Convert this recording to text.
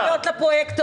חיים,